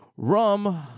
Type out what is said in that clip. Rum